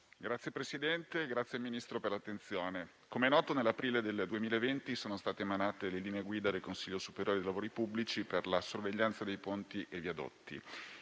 Signor Presidente, ringrazio il Ministro per l'attenzione. Come noto, nell'aprile 2020 sono state emanate le linee guida del Consiglio superiore dei lavori pubblici in materia di sorveglianza di ponti e viadotti,